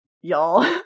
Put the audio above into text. y'all